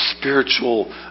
spiritual